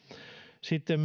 sitten